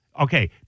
Okay